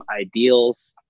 ideals